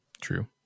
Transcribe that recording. True